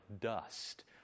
dust